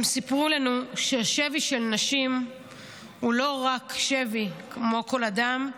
הן סיפרו לנו ששבי של נשים הוא לא רק שבי כמו כל אדם,